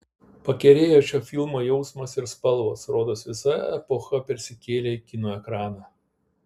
pakerėjo šio filmo jausmas ir spalvos rodos visa epocha persikėlė į kino ekraną